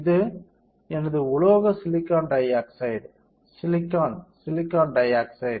இது எனது உலோக silicon dioxide silicon silicon di oxide